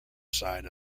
side